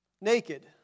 Naked